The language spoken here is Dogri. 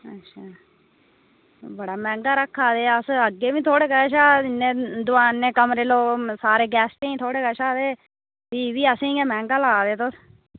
बड़ा मैहंगा रक्खे दा अस अग्गें बी थुआढ़े कशा इन्ने दोआनै कमरे लोग साढरें गेस्टें कशा ते भी बी मैहंगा ला दे तुस